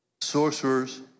sorcerers